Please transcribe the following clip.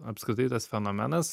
apskritai tas fenomenas